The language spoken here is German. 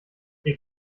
der